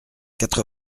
quatre